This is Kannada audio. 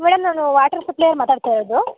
ಮೇಡಮ್ ನಾನು ವಾಟ್ರ್ ಸಪ್ಲೈರ್ ಮಾತಾಡ್ತ ಇರೋದು